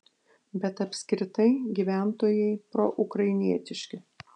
bet apskritai gyventojai proukrainietiški